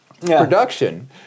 production